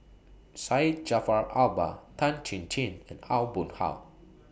Syed Jaafar Albar Tan Chin Chin and Aw Boon Haw